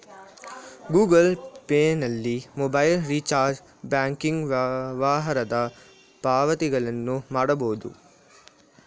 Google Pay ನಲ್ಲಿ mobile recharge, banking ವ್ಯವಹಾರದ ಪಾವತಿಗಳನ್ನು ಮಾಡಬೋದು